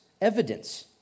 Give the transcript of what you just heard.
evidence